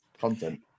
content